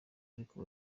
ariko